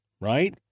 Right